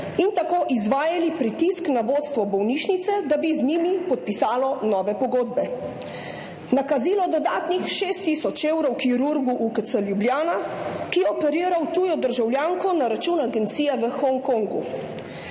in tako izvajali pritisk na vodstvo bolnišnice, da bi z njimi podpisalo nove pogodbe. Nakazilo dodatnih 6 tisoč evrov kirurgu UKC Ljubljana, ki je operiral tujo državljanko, na račun agencije v Hongkongu.